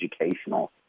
educational